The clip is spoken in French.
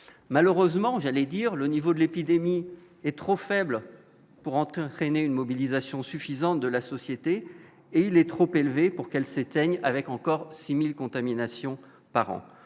malheureusement, j'allais dire le niveau de l'épidémie est trop faible pour entraîner une mobilisation suffisante de la société et il est trop élevé pour qu'elle s'éteigne avec encore 6000 contaminations par an,